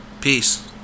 Peace